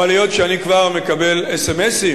אבל היות שאני כבר מקבל אס.אם.אסים,